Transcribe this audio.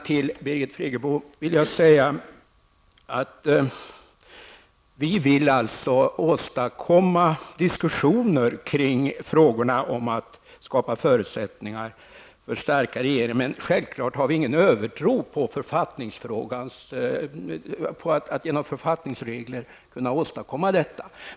Till Birgit Friggebo vill jag säga att vi vill åstadkomma diskussioner kring frågorna om att skapa förutsättningar för starka regeringar, men självfallet har vi ingen övertro på att man genom författningsregler skall kunna åstadkomma detta.